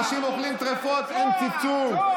אנשים אוכלים טרפות, אין צפצוף.